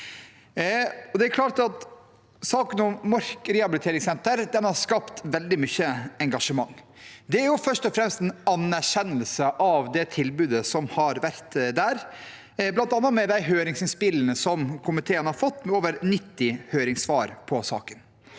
saken om Mork rehabiliteringssenter har skapt veldig mye engasjement. Det er først og fremst en anerkjennelse av det tilbudet som har vært der, bl.a. med de høringsinnspillene som komiteen har fått, med over 90 høringssvar på saken.